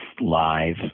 live